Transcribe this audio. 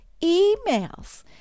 emails